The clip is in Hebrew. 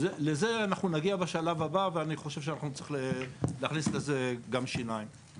לזה אנחנו נגיע בשלב הבא ואני חושב שאנחנו נצטרך להכניס לזה גם שיניים.